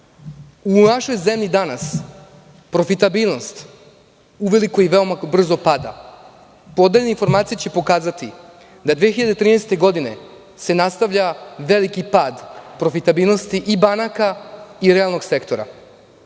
U našoj zemlji danas profitabilnost uveliko i veoma brzo pada. Podeljene informacije će pokazati da 2013. godine se nastavlja veliki pad profitabilnosti i banaka i realnog sektora.